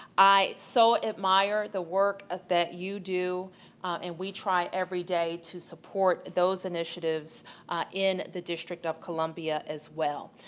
i so admire the work ah that you do and we try everyday to support those initiatives in the district of columbia as well.